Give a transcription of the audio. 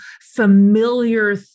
familiar